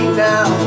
now